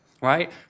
right